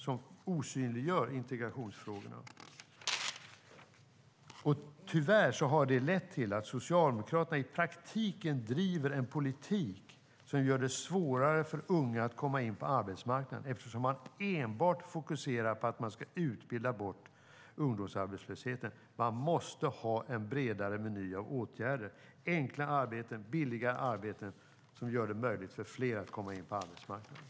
Socialdemokraterna osynliggör integrationsfrågorna, vilket lett till att de i praktiken driver en politik som gör det svårare för unga att komma in på arbetsmarknaden. I stället fokuserar man enbart på att utbilda bort ungdomsarbetslösheten. Det måste finnas en bredare meny av åtgärder, enkla arbeten, billiga arbeten, som gör det möjligt för fler att komma in på arbetsmarknaden.